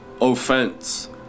offense